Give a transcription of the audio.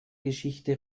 geschichte